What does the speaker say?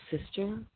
sister